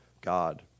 God